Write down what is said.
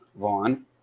Vaughn